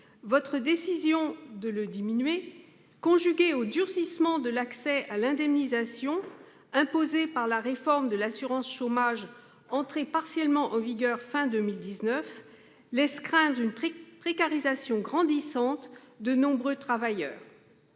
votre décision de le diminuer, conjuguée au durcissement de l'accès à l'indemnisation imposé par la réforme de l'assurance chômage entrée partiellement en vigueur à la fin de 2019, laisse craindre une précarisation grandissante de nombreux travailleurs.